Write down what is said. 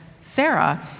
Sarah